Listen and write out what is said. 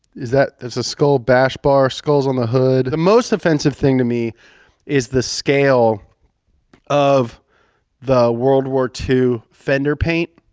is that, it's a skull bash bar, skulls on the hood. the most offensive thing to me is the scale of the world war ii fender paint,